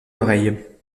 l’oreille